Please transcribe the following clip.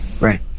Right